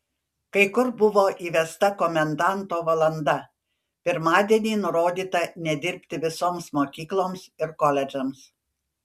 kai kur buvo įvesta komendanto valanda pirmadienį nurodyta nedirbti visoms mokykloms ir koledžams